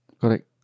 Correct